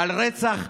על רצח,